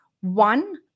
one